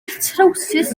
trywsus